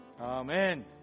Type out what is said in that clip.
Amen